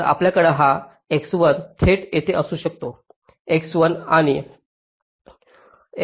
तर आपल्याकडे हा X1 थेट येथे असू शकतो X1 आणि X2 X2 आहे